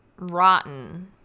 Rotten